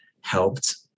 helped